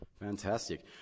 Fantastic